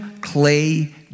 clay